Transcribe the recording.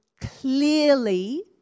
clearly